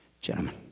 gentlemen